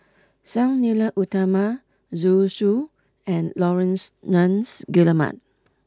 Sang Nila Utama Zhu Xu and Laurence Nunns Guillemard